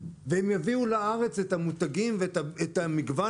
והם יביאו לארץ את המותגים ואת מגוון